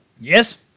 yes